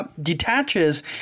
detaches